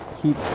keep